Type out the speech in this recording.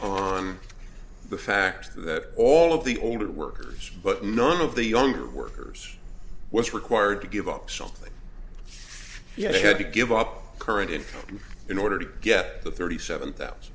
on the fact that all of the older workers but none of the younger workers was required to give up something yet they had to give up current income in order to get the thirty seven thousand